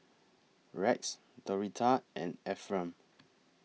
Rex Doretha and Ephriam